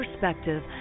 perspective